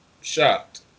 shocked